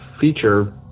feature